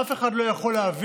אף אחד לא יכול להבין